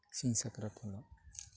ᱥᱤᱧ ᱥᱟᱠᱨᱟᱛ ᱦᱚᱲᱦᱚᱸ